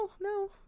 no